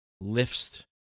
lifts